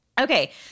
Okay